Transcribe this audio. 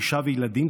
אישה וילדים,